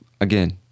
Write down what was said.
Again